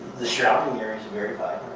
the surrounding area is very but